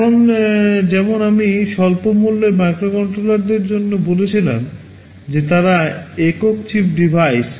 এখন যেমন আমি স্বল্পমূল্যের মাইক্রোকন্ট্রোলারদের জন্য বলেছিলাম যে তারা একক চিপ ডিভাইস